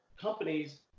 companies